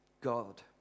God